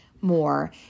more